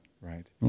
Right